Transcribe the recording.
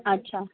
अच्छा